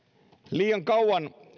liian kauan